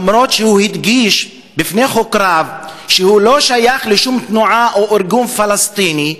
למרות שהדגיש בפני חוקריו שהוא לא שייך לשום תנועה או ארגון פלסטיני,